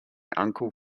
uncle